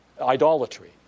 idolatry